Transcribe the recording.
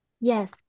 Yes